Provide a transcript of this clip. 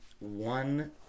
One